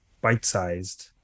bite-sized